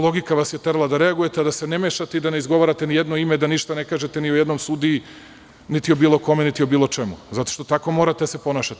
Logika vas je terala da reagujete, ali da se ne mešate i da ne izgovarate nijedno ime, da ništa ne kažete ni o jednom sudiji, niti o bilo kome, niti o bilo čemu, zato što tako morate da se ponašate.